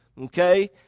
Okay